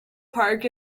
park